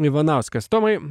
ivanauskas tomai